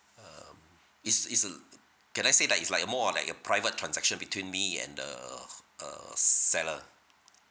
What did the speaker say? um it's it's uh can I say that it's like a more of like a private transaction between me and the err seller